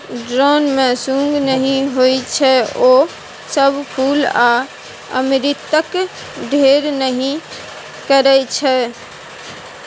drone मे सुंग नहि होइ छै ओ सब फुल आ अमृतक ढेर नहि करय छै